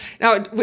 Now